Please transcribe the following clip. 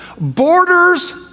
borders